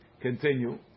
Continue